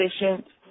efficient